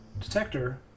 detector